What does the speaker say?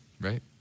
right